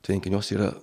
tvenkiniuos yra